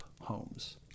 homes